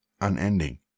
unending